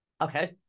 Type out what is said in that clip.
Okay